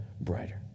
brighter